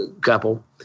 couple